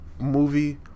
movie